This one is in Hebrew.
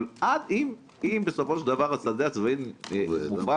אבל אם בסופו של דבר השדה הצבאי מופעל,